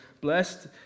Blessed